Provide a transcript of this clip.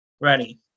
ready